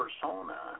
persona